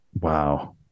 Wow